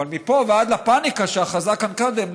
אבל מפה ועד לפניקה שאחזה כאן קודם,